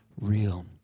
real